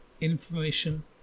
information